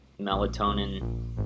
melatonin